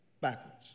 backwards